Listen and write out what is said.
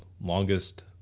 Longest